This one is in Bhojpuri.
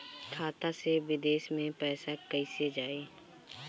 खाता से विदेश मे पैसा कईसे जाई?